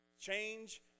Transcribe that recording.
Change